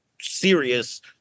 serious